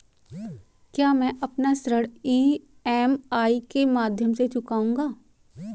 क्या मैं अपना ऋण ई.एम.आई के माध्यम से चुकाऊंगा?